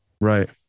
Right